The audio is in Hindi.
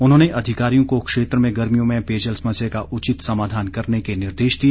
उन्होंने अधिकारियों को क्षेत्र में गर्मियों में पेयजल समस्या का उचित समाधान करने के निर्देश दिए